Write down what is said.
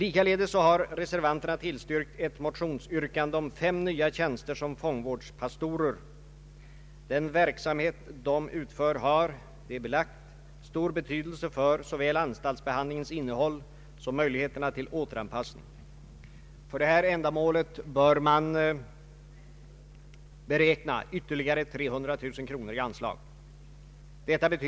II: 231 om fyra nya tjänster som fångvårdspastorer. Den verksamhet dessa utför har — det är belagt — stor betydelse för såväl anstaltsbehandlingens innehåll som möjligheterna till återanpassning. För ändamålet bör man beräkna ytterligare 300 000 kronor i anslag.